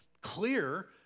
clear